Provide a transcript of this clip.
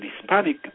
Hispanic